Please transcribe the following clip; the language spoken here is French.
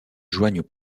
joignent